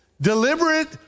Deliberate